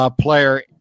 player